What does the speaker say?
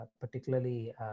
particularly